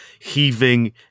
heaving